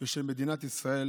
ושל מדינת ישראל